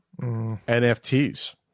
NFTs